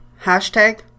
Hashtag